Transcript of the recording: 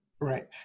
Right